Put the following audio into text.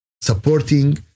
Supporting